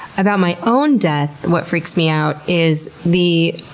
about my own death, what freaks me out is the,